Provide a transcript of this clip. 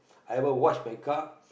I ever wash my car